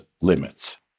limits